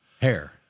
hair